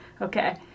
Okay